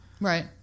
Right